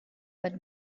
but